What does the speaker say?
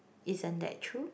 isn't that true